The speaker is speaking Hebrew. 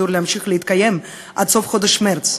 תקציב להמשיך להתקיים עד סוף חודש מרס.